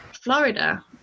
Florida